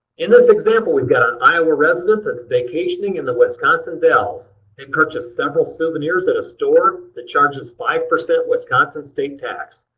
in this example we've got an iowa resident that's vacationing in the wisconsin dells and purchased several souvenirs at a store that charges five percent wisconsin state tax.